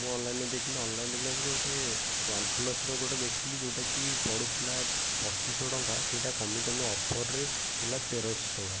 ମୁଁ ଅନଲାଇନ୍ରେ ଦେଖିଲି ଅନଲାଇନ୍ରେ ଦେଖିଲା ଆସୁକୁ ଗୋଟେ ୱାନ୍ ପ୍ଲସର୍ ଗୋଟେ ଦେଖିଲି ଯେଉଁଟା କି ପଡ଼ୁଥିଲା ପଚିଶି ଶହ ଟଙ୍କା ସେଇଟା କମି କମି ଅଫର୍ରେ ଥିଲା ତେର ଶହ ଟଙ୍କା